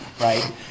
right